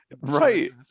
right